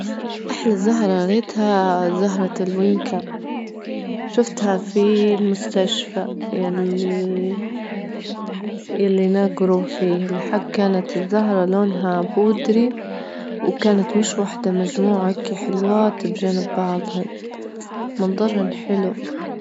أحلى زهرة رأيتها زهرة الوينكة، شفتها في المستشفى ياللي- ياللي نجروا فيه، الحج كانت الزهرة لونها بودري، وكانت مش واحدة، مجموعة هيكي حلوات بجنب بعضهن، منظرهن حلو.